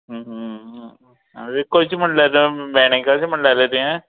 कशी म्हटल्यार भेणे कशें म्हणलें तें